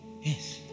yes